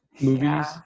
movies